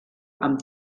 amb